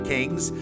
Kings